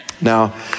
Now